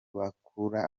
bakura